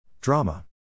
Drama